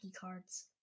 cards